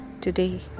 today